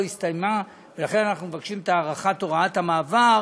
הסתיימה ולכן אנחנו מבקשים את הארכת הוראת המעבר